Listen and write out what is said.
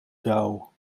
dauw